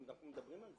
אנחנו מדברים על זה.